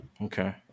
Okay